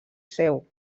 seu